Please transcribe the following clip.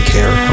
Care